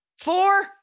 Four